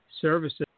services